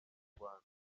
rwanda